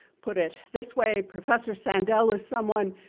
put it this way, professor sandel is someone,